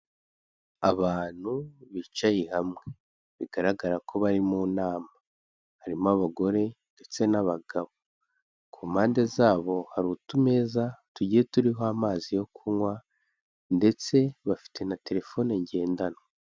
Abantu bicaye hamwe bigaragara ko bari mu nama, harimo abagore ndetse n'abagabo, ku mpande zabo hari utumeza tugiye turiho amazi yo kunywa ndetse bafite na telefone ngendanwa.